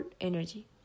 energy